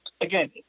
again